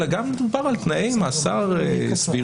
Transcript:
אלא גם מדובר על תנאי מאסר סבירים,